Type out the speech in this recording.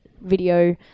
video